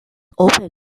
open